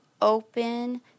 open